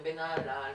ובנהלל,